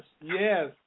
yes